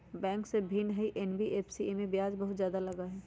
Bank से भिन्न हई एन.बी.एफ.सी इमे ब्याज बहुत ज्यादा लगहई?